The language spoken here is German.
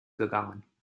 gegangen